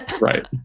right